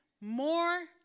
more